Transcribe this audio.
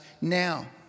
now